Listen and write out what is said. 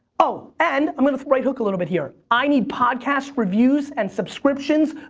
oh, and i'm gonna right hook a little bit here. i need podcast reviews and subscriptions,